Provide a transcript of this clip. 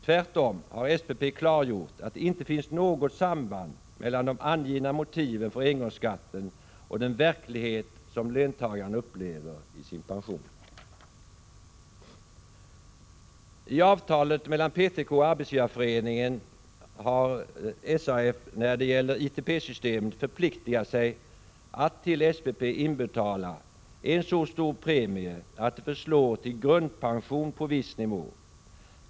Tvärtom har SPP klargjort att det inte finns något samband mellan de angivna motiven för engångsskatten och den verklighet som löntagaren upplever i sin pension. I avtalet mellan PTK och Arbetsgivareföreningen har SAF när det gäller ITP-systemet förpliktigat sig att till SPP inbetala en så stor premie att den förslår till en grundpension på viss nivå.